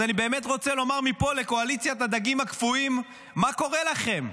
אז אני באמת רוצה לומר מפה לקואליציית הדגים הקפואים: מה קורה לכם?